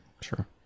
Sure